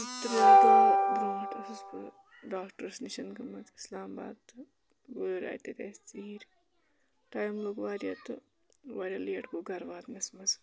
ترٛےٚ دۄہ برونٹھ ٲسٕس بہٕ ڈاکٹرس نِشن گٔمٕژ اِسلام آباد تہٕ وٲر آیہِ تَتہِ اَسہِ ژیٖرۍ ٹایم لوٚگ واریاہ تہٕ واریاہ لیٹ گوٚو گرٕ واتنس منٛز